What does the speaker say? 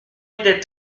étaient